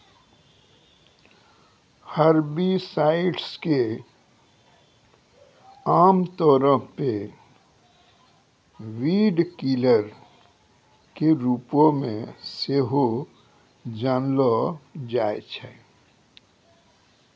herbicides के आमतौरो पे वीडकिलर के रुपो मे सेहो जानलो जाय छै